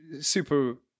super